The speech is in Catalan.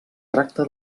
tracta